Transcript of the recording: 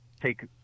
take